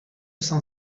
cent